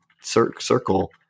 circle